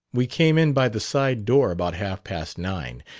we came in by the side door about half past nine.